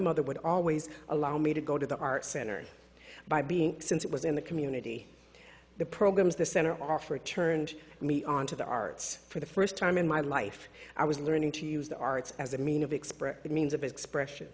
mother would always allow me to go to the art center by being since it was in the community the programs the center offer turned me on to the arts for the first time in my life i was learning to use the arts as a mean of express the means of expression